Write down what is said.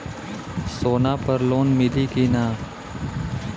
सोना पर लोन मिली की ना?